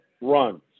runs